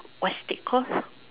what's that call